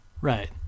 Right